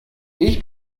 ich